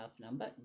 number